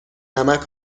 نمک